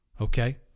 okay